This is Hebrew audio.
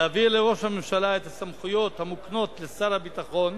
להעביר לראש הממשלה את הסמכויות המוקנות לשר הביטחון,